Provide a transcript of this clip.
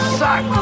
suck